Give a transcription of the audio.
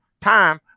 time